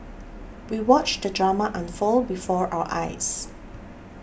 we watched the drama unfold before our eyes